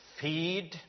Feed